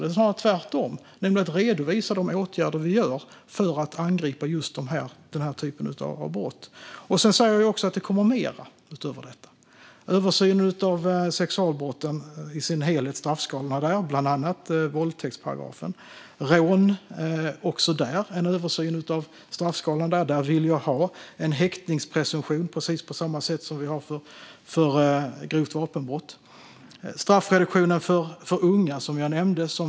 Snarare är det tvärtom, nämligen att redovisa de åtgärder vi vidtar för att angripa den typen av brott. Sedan säger vi att det kommer mer. Det sker en översyn av straffskalorna för sexualbrott, bland annat våldtäktsparagrafen. Också för rån sker en översyn av straffskalan. Där vill jag ha en häktningspresumtion, precis på samma sätt som vi har för grovt vapenbrott. Jag nämnde straffreduktionen för unga.